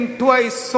twice